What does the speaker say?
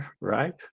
Right